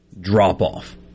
drop-off